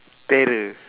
terror